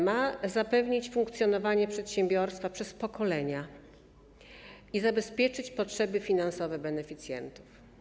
Ma zapewnić funkcjonowanie przedsiębiorstwa przez pokolenia i zabezpieczyć potrzeby finansowe beneficjentów.